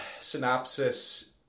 synopsis